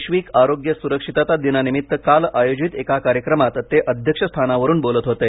वैश्विक आरोग्य सुरक्षितता दिनानिमित्त काल आयोजित एका कार्यक्रमात ते अध्यक्ष स्थानावरुन बोलत होते